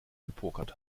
gepokert